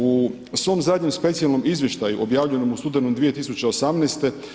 U svom zadnjem specijalnom izvještaju objavljenom u studenom 2018.